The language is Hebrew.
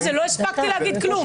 לא הספקתי להגיד כלום.